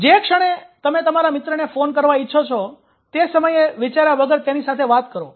જે ક્ષણે તમે તમારા મિત્ર ને ફોન કરવા ઇચ્છો છો તે સમયે વિચાર્યા વગર તેમની સાથે વાત કરો